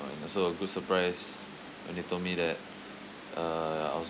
and also a good surprise when they told me that uh I was